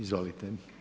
Izvolite.